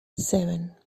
seven